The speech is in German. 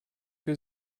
für